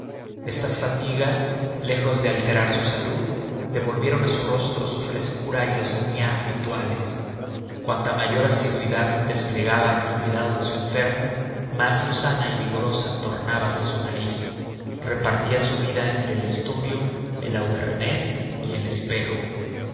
estas fatigas lejos de alterar su salud devolvieron a su rostro su frescura y lozanía habituales cuanta mayor asiduidad desplegaba en el cuidado de su enfermo más lozana y vigorosa tornábase su nariz repartía su vida entre el estudio el auvernés y el espejo